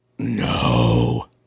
No